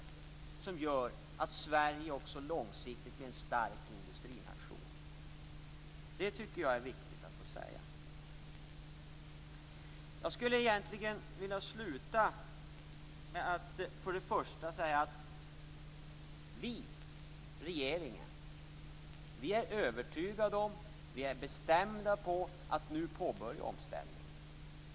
Detta gör att Sverige också långsiktigt blir en stark industrination. Det tycker jag är viktigt att få säga. Jag skulle vilja sluta med att säga att regeringen är övertygad om, och har bestämt sig för, att vi nu skall påbörja omställningen.